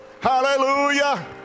Hallelujah